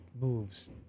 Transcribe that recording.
moves